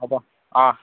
হ'ব অঁ